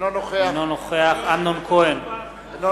אינו נוכח אמנון כהן,